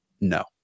No